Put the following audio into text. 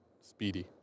speedy